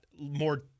more